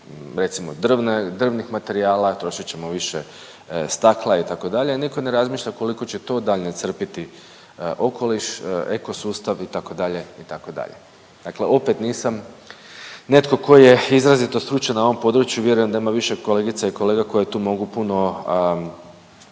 recimo drvnih materijala, trošit ćemo više stakla itd., a niko ne razmišlja koliko će daljnje crpiti okoliš, eko sustav itd., itd., dakle opet nisam netko tko je izrazito stručan na ovom području, vjerujem da ima više kolegica i kolega koje tu mogu puno